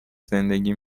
زندگی